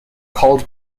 called